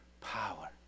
power